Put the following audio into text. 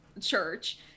church